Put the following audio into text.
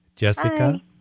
Jessica